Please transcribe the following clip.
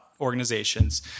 organizations